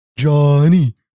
Johnny